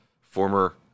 former